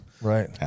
right